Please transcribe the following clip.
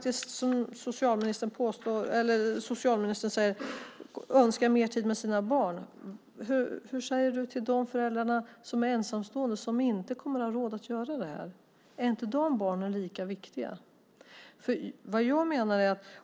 Socialministern säger att föräldrarna önskar mer tid med sina barn. Hur säger ministern till de föräldrar som är ensamstående och som inte kommer att ha råd att göra det här? Är inte deras barn lika viktiga?